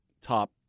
top